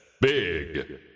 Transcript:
big